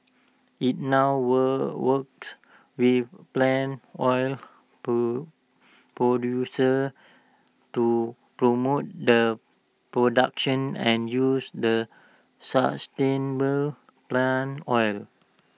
IT now work works with palm oil producers to promote the production and use the sustainable palm oil